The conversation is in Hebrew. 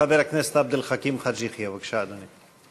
חבר הכנסת עבד אל חכים חאג' יחיא, בבקשה, אדוני.